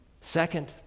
Second